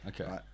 okay